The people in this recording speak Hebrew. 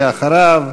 ואחריו,